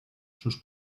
sus